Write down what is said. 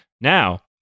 Now